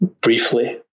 briefly